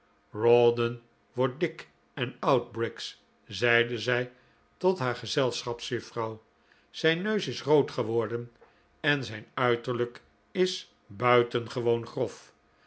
rawdon wordt dik en oud briggs zeide zij tot haar gezelschapsjuffrouw zijn neus is rood geworden en zijn uiterlijk is buitengewoon grof